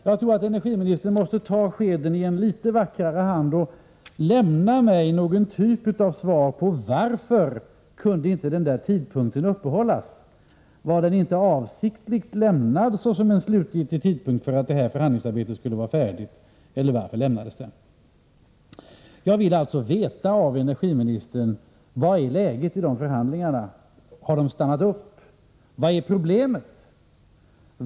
Jag tror att energiministern måste anstränga sig litet mer för att ta skeden i vacker hand och lämna mig någon typ av svar på frågan varför inte tidpunkten kunde hållas. Var den inte avsiktligt angiven såsom en slutgiltig tidpunkt för avslutning av förhandlings arbetet? Eller varför angavs den annars? Jag vill alltså veta av energiministern: Vad är läget i förhandlingarna? Har de stannat upp? Vad är problemen?